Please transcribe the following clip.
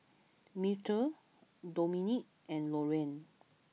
Myrtle Dominick and Loraine